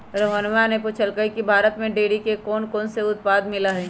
रोहणवा ने पूछल कई की भारत में डेयरी के कौनकौन से उत्पाद मिला हई?